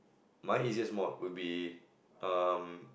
mine easiest mod will be um